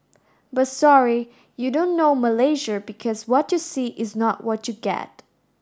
but sorry you don't know Malaysia because what you see is not what you get